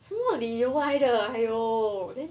什么理由来的 !aiyo!